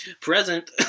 Present